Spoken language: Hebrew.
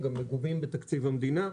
הם גם מגובים בתקציב המדינה.